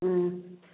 ꯑꯥ